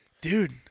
Dude